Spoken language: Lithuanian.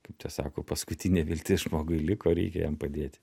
kaip čia sako paskutinė viltis žmogui liko reikia jam padėti